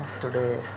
today